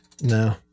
No